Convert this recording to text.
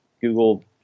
Google